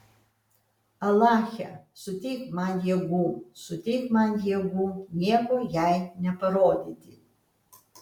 alache suteik man jėgų suteik man jėgų nieko jai neparodyti